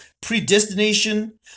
predestination